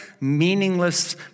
meaningless